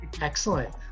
Excellent